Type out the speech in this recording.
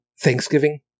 Thanksgiving